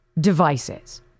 devices